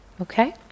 Okay